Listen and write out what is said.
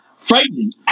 frightening